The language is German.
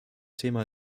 thema